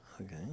Okay